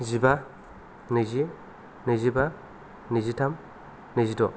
जिबा नैजि नैजिबा नैजिथाम नैजिद'